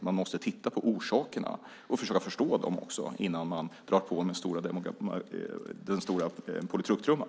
Man måste titta på orsakerna och försöka förstå dem också innan man drar på med den stora politruktrumman.